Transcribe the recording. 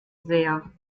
sehr